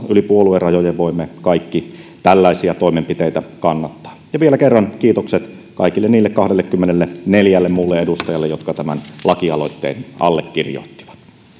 yli puoluerajojen voimme kaikki tällaisia toimenpiteitä kannattaa vielä kerran kiitokset kaikille niille kahdellekymmenelleneljälle muulle edustajalle jotka tämän lakialoitteen allekirjoittivat